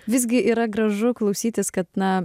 visgi yra gražu klausytis kad na